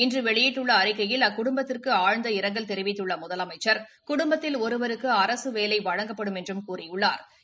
இன்று வெளியிட்டுள்ள அறிக்கையில் அக்குடும்பத்திற்கு ஆழ்ந்த இரங்கல் தெரிவித்துள்ள முதலமைச்சா் குடும்பத்தில் ஒருவருக்கு அரசு வேலை வழங்கப்படும் என்றும் கூறியுள்ளாா்